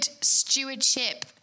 stewardship